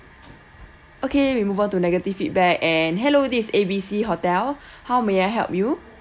okay we move on to negative feedback and hello this is A B C hotel how may I help you